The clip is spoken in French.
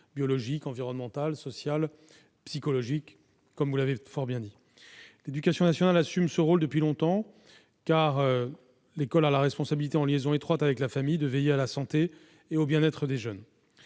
biologique, environnementale, sociale, psychologique. L'éducation nationale assume ce rôle depuis longtemps, car l'école a la responsabilité, en liaison étroite avec les familles, de veiller à la santé et au bien-être des jeunes.